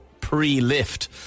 pre-lift